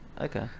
Okay